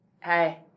hey